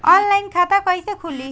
Online खाता कईसे खुलि?